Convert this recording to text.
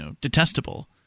detestable